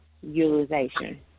utilization